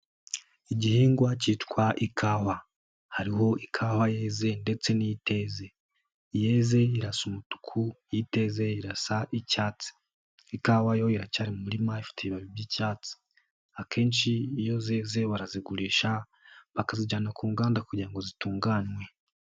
Igihingwa cyitwa ikawa, hariho ikawa yeze ndetse n'iteze, iyeze irasa umutuku, iteze irasa icyatsi, ikawa yo iracyari mu murima ifite ibibabi by'icyatsi, akenshi iyo zeze barazigurisha, bakazijyana ku nganda kugira ngo zitunganywe.